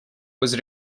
was